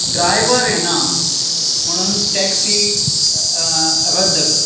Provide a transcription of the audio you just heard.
driver येना म्हणून taxi रद्द कर